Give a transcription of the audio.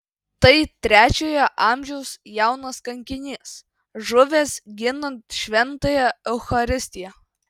tai trečiojo amžiaus jaunas kankinys žuvęs ginant šventąją eucharistiją